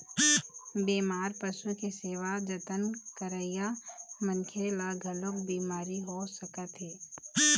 बेमार पशु के सेवा जतन करइया मनखे ल घलोक बिमारी हो सकत हे